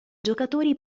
giocatori